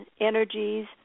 energies